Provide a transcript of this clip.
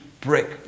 brick